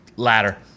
Ladder